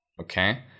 okay